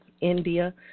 India